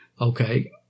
Okay